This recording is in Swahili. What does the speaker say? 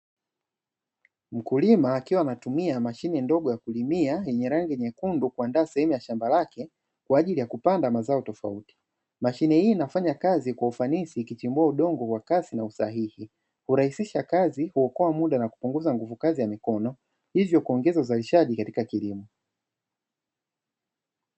Mkulima akiwa anatumia mashine ndogo ya kulimia yenye rangi nyekundu, kuandaa sehemu ya shamba lake kwa ajili ya kupanda mazao tofauti. Mashine hii inafanya kazi kwa ufanisi, ikichimbua udongo kwa kasi na usahihi, kurahisisha kazi, huokoa muda na kupunguza nguvu kazi ya mikono, hivyo kuongeza uzalishaji katika kilimo.